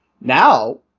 now